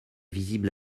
visible